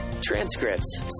transcripts